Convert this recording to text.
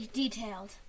detailed